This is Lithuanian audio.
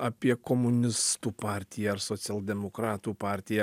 apie komunistų partiją ar socialdemokratų partiją